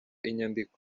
inyandiko